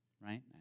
right